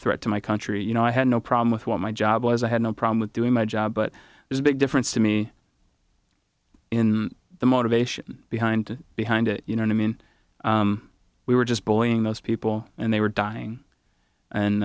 threat to my country you know i had no problem with what my job was i had no problem with doing my job but there's a big difference to me in the motivation behind behind it you know i mean we were just pulling those people and they were dying and